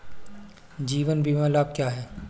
जीवन बीमा लाभ क्या हैं?